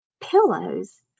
pillows